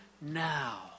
now